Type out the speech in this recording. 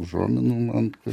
užuominų man